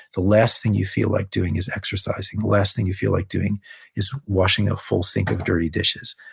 the last thing you feel like doing is exercising the last thing you feel like doing is washing a full sink of dirty dishes.